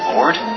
Lord